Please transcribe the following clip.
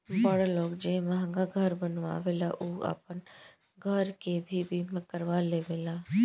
बड़ लोग जे महंगा घर बनावेला उ आपन घर के भी बीमा करवा लेवेला